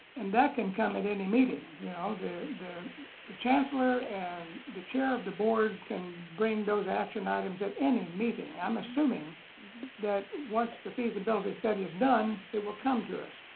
and that can come at any meeting. you know the the chancellor and the chair of the board can bring those action items at any meeting. i'm assuming that once the feasibility study is done, it will come to us.